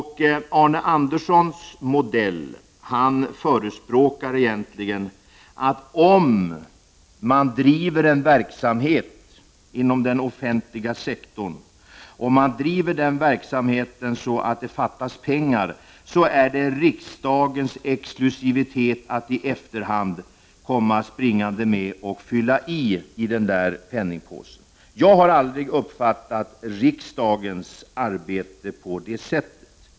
Han tycks förespråka följande modell: Om man inom den offentliga sektorn bedriver en verksamhet så att det uppstår brist på pengar, så är det riksdagens exklusiva rätt att i efterhand fylla på penningpåsen. Jag har aldrig uppfattat riksdagens arbete på det sättet.